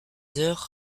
heures